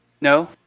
No